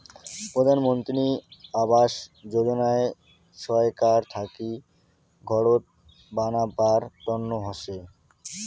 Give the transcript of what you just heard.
প্রধান মন্ত্রী আবাস যোজনা ছরকার থাকি ঘরত বানাবার তন্ন হসে